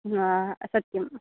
हा सत्यम्